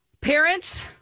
Parents